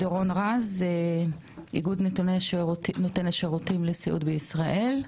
דורון רז, איגוד נותני השירותים לסיעוד בישראל.